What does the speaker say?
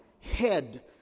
head